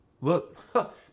look